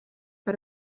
per